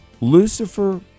Lucifer